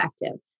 effective